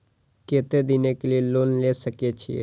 केते दिन के लिए लोन ले सके छिए?